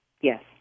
Yes